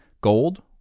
Gold